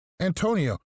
Antonio